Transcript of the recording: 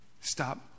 Stop